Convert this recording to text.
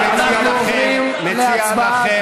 אנחנו עוברים להצבעה.